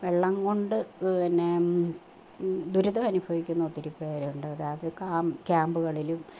വെള്ളം കൊണ്ട് പിന്നെ ദുരിതമനുഭവിക്കുന്നൊത്തിരി പേരുണ്ട് ഗാസി ക്യാമ്പുകളും